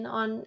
on